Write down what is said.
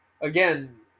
again